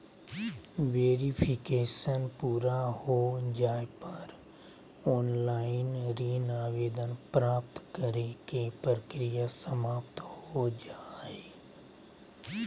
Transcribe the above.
verification पूरा हो जाय पर ऑनलाइन ऋण आवेदन प्राप्त करे के प्रक्रिया समाप्त हो जा हय